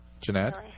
Jeanette